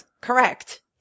Correct